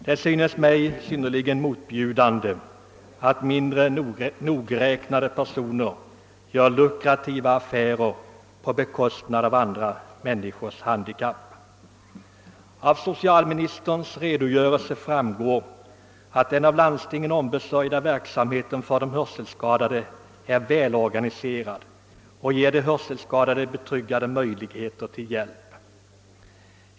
Det synes mig synnerligen motbjudande att mindre nogräknade personer gör lukrativa affärer med utnyttjande av andra människors handikapp. Av socialministerns redogörelse framgår att den av landstingen ombesörjda verksamheten för de hörselskadade är välorganiserad och ger de hörselskadade betryggande möjligheter till hjälp.